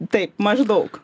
taip maždaug